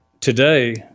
today